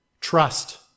trust